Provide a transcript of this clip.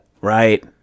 Right